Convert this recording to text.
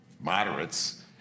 moderates